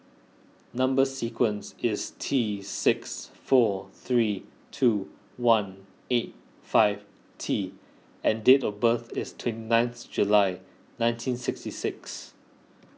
Number Sequence is T six four three two one eight five T and date of birth is twenty ninth July nineteen sixty six